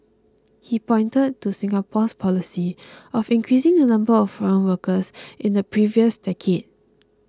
he pointed to Singapore's policy of increasing the number of foreign workers in the previous decade